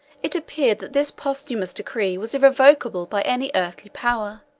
it appeared that this posthumous decree was irrevocable by any earthly power.